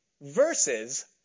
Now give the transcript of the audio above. versus